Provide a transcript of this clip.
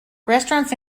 restaurants